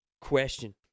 Question